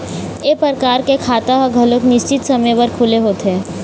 ए परकार के खाता ह घलोक निस्चित समे बर खुले होथे